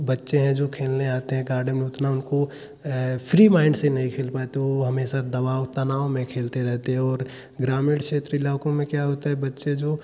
बच्चे हैं जो खेलने आते हैं गार्डन में उतना उनको फ्री माइंड से नहीं खेल पाते वह हमेशा दबाव तनाव में खेलते रहते हैं और ग्रामीण क्षेत्र इलाकों में क्या होता है बच्चे जो